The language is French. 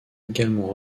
également